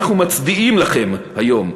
אנחנו מצדיעים לכם היום,